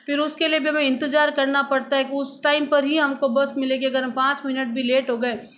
फिर उसके लिए भी हमें इंतज़ार करना पड़ता है कि उस टाइम पर ही हमको बस मिलेगी अगर हम पाँच मिनट भी लेट हो गए